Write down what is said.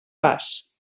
pas